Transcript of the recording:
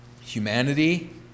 Humanity